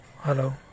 hello